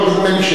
נדמה לי שהדברים,